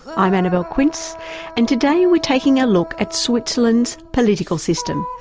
i'm annabelle quince and today we're taking a look at switzerland's political system.